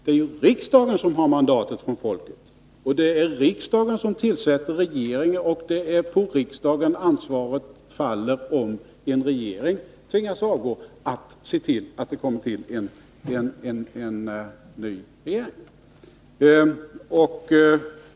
Det är ju riksdagen som har mandat från folket, det är riksdagen som tillsätter regeringen och det är på riksdagen ansvaret faller, om en regering tvingas avgå, att se till att det kommer en ny regering.